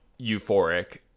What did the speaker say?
euphoric